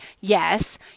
yes